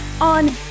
on